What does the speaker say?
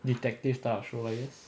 detective type of show I guess